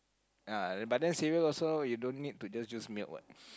ya but then cereal you also you don't need to use just milk what